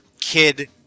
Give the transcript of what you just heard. kid